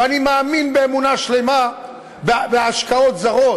ואני מאמין באמונה שלמה בהשקעות זרות.